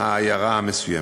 עיירה מסוימת.